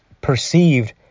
perceived